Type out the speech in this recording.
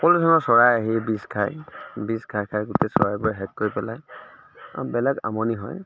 সকলো ধৰণৰ চৰাই আহি বীজ খাই বীজ খাই খাই গোটেই চৰাইবোৰে শেষ কৰি পেলাই আৰু বেলেগ আমনি হয়